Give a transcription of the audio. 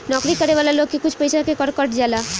नौकरी करे वाला लोग के कुछ पइसा के कर कट जाला